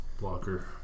Blocker